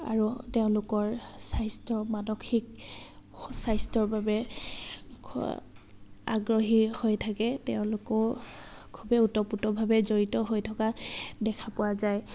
আৰু তেওঁলোকৰ স্বাস্থ্য মানসিক স্বাস্থ্যৰ বাবে আগ্ৰহী হৈ থাকে তেওঁলোকো খুবেই ওতপ্ৰোতভাৱে জড়িত হৈ থকা দেখা পোৱা যায়